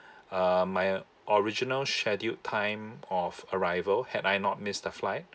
um my original scheduled time of arrival had I not missed the flight